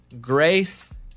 grace